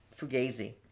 Fugazi